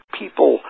people